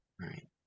Right